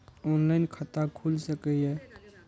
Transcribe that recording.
Online खाता खुल सके ये?